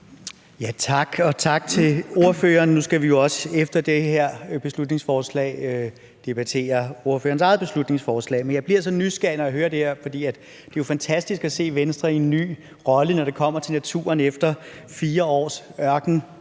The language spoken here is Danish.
Tak, og tak til ordføreren. Nu skal vi jo også efter det her beslutningsforslag debattere ordførerens eget beslutningsforslag, men jeg bliver så nysgerrig, når jeg hører det her, for det er jo fantastisk at se Venstre i en ny rolle, når det kommer til naturen, efter 4 års